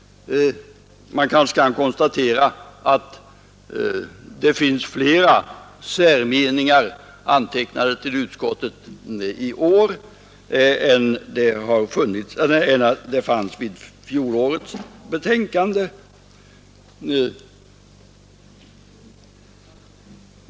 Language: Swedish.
I år finns kanske flera särmeningar antecknade till utskottsbetänkandet än det fanns i fjolårets betänkande.